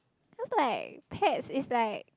cause like pets is like